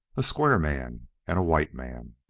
a square man, and a white man.